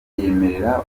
ryemerera